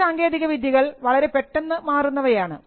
ചില സാങ്കേതിക വിദ്യകൾ വളരെ പെട്ടെന്ന് മാറുന്നവയാണ്